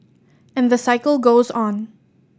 and the cycle goes on